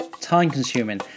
time-consuming